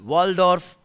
Waldorf